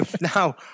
now